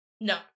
No